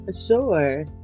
Sure